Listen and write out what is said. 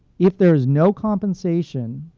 if there is no compensation,